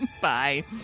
Bye